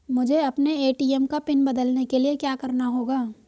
मुझे अपने ए.टी.एम का पिन बदलने के लिए क्या करना होगा?